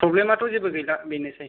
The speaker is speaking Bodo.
फ्रब्लेमाथ' जेबो गैला बेनोसै